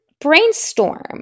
brainstorm